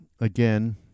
again